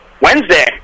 Wednesday